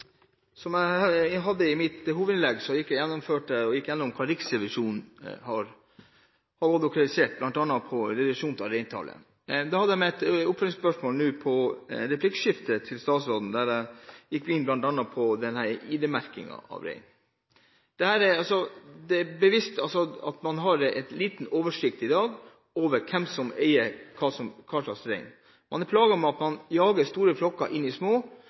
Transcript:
gikk jeg igjennom hva Riksrevisjonen har kritisert, bl.a. det som gjelder reduksjon av reintallet. Jeg hadde under replikkordskiftet et oppfølgingsspørsmål til statsråden, hvor jeg bl.a. gikk inn på dette med ID-merking av rein. Det er bevist at man i dag har liten oversikt over hvem som eier hvilken rein. Man er plaget med at man jager store flokker inn i små